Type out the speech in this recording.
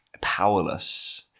powerless